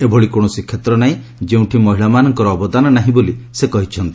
ଏଭଳି କୌଣସି କ୍ଷେତ୍ର ନାହିଁ ଯେଉଁଠି ମହିଳମାନଙ୍କର ଅବଦାନ ନାହିଁ ବୋଲି ସେ କହିଛନ୍ତି